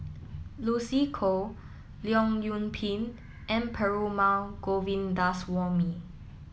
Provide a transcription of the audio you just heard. Lucy Koh Leong Yoon Pin and Perumal Govindaswamy